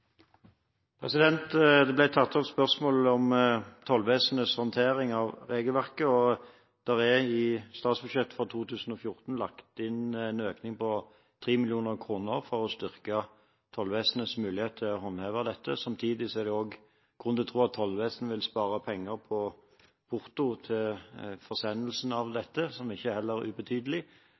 Det kom opp et spørsmål om tollvesenets håndtering av regelverket. I statsbudsjettet for 2014 er det lagt inn en økning på 3 mill. kr for å styrke tollvesenets mulighet til å håndheve dette. Samtidig er det òg grunn til å tro at tollvesenet vil spare penger på porto til forsendelsene av dette, som heller ikke er ubetydelig.